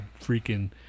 freaking